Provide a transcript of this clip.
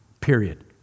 period